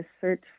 search